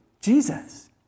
Jesus